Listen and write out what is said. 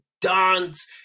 dance